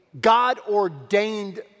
God-ordained